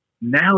now